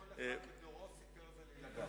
כל אחד בתורו סיפר את זה לילדיו.